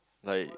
like